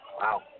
Wow